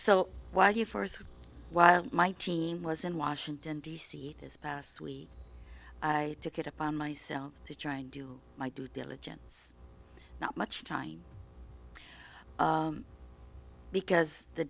so why do you foresee while my team was in washington d c this past week i took it upon myself to try and do my due diligence not much time because the